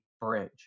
Bridge